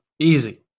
easy